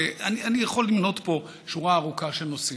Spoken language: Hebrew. אני יכול למנות פה שורה ארוכה של נושאים,